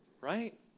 Right